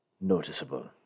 noticeable